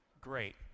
Great